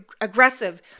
aggressive